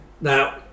Now